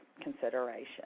consideration